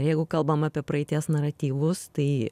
jeigu kalbam apie praeities naratyvus tai